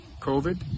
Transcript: COVID